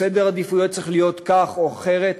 סדר העדיפויות צריך להיות כך או אחרת,